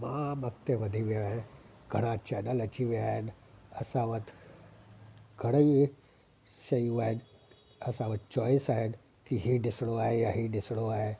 तमामु अॻिते वधी विया आहे घणा चेनल अची विया आहिनि असां वटि घणियूं ई शयूं आहिनि असां वटि चॉइस आहिनि की ई ॾिसणो आहे या ही ॾिसणो आहे